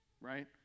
right